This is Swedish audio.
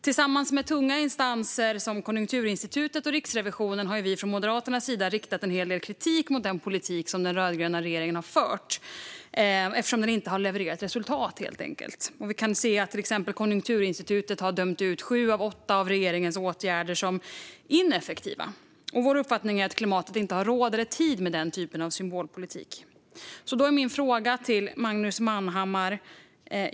Tillsammans med tunga instanser, som Konjunkturinstitutet och Riksrevisionen, har vi från Moderaternas sida riktat en hel del kritik mot den politik som den rödgröna regeringen har fört, eftersom den helt enkelt inte har levererat resultat. Vi kan se att till exempel Konjunkturinstitutet har dömt ut sju av åtta av regeringens åtgärder som ineffektiva. Vår uppfattning är att klimatet inte har råd eller tid med den typen av symbolpolitik. Då har jag frågor till Magnus Manhammar.